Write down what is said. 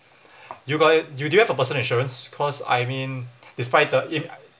you got you do you have a personal insurance cause I mean despite the if